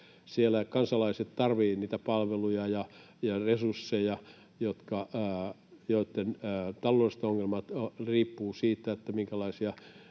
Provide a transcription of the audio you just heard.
kansalaiset tarvitsevat niitä palveluja ja resursseja, ja taloudelliset ongelmat riippuvat siitä,